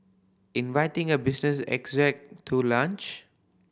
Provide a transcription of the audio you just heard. inviting a business exec to lunch